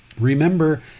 Remember